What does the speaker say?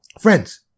Friends